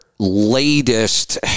latest